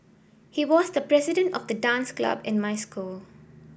he was the president of the dance club in my school